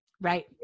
Right